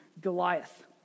Goliath